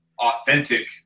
authentic